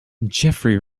jeffery